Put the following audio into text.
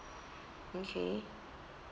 okay